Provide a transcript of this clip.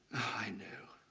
i know